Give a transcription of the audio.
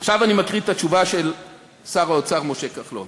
עכשיו אני מקריא את התשובה של שר האוצר משה כחלון: